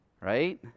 right